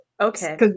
Okay